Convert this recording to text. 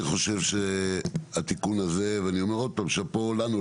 אני חושב שהתיקון הזה ואני אומר שוב שאפו לנו,